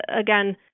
again